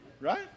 right